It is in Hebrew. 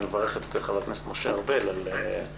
אני מברך את חבר הכנסת משה ארבל על נוכחותו.